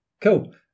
Cool